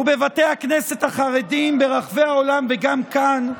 בבתי הכנסת החרדיים ברחבי העולם וגם כאן,